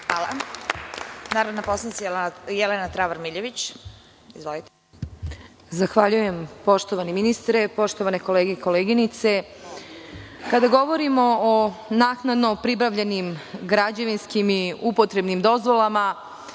reč. Izvolite. **Jelena Travar Miljević** Zahvaljujem. Poštovani ministre, poštovane kolege i koleginice, kada govorimo o naknadno pribavljenim građevinskim i upotrebnim dozvolama